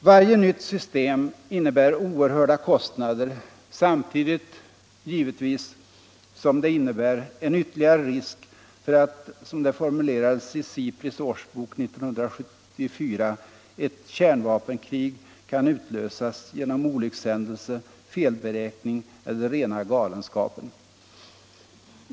Varje nytt system innebär oerhörda kostnader samtidigt — givetvis — som det innebär en ytterligare risk för att, som det formulerades i SIPRIS årsbok 1974, ”ett kärnvapenkrig kan utlösas genom olyckshändelse, felberäkning eller rena galenskapen”.